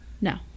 no